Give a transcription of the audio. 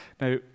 Now